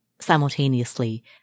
simultaneously